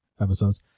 Episodes